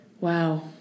wow